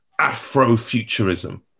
Afrofuturism